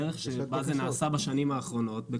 בדרך שבה זה נעשה בשנים האחרונות,